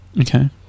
Okay